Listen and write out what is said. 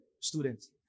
students